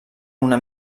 una